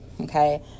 Okay